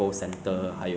就是 ah